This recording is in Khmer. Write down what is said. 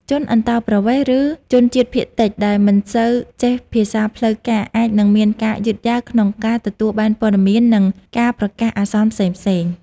ជនអន្តោប្រវេសន៍ ឬជនជាតិភាគតិចដែលមិនសូវចេះភាសាផ្លូវការអាចនឹងមានការយឺតយ៉ាវក្នុងការទទួលបានព័ត៌មាន និងការប្រកាសអាសន្នផ្សេងៗ។